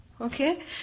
Okay